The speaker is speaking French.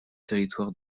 territoires